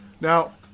Now